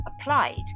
applied